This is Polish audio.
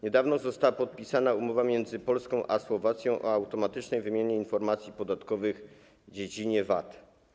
Niedawno została podpisana umowa między Polską a Słowacją o automatycznej wymianie informacji podatkowych w dziedzinie VAT.